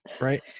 right